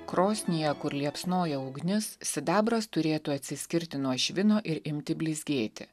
krosnyje kur liepsnoja ugnis sidabras turėtų atsiskirti nuo švino ir imti blizgėti